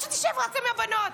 אז שתשב רק עם הבנות.